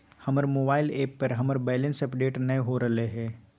हमर mobile app पर हमर बैलेंस अपडेट नय हो रहलय हें